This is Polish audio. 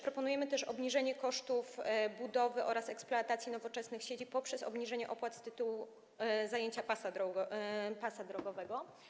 Proponujemy też obniżenie kosztów budowy oraz eksploatacji nowoczesnych sieci poprzez obniżenie opłat z tytułu zajęcia pasa drogowego.